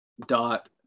dot